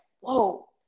Whoa